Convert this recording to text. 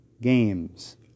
games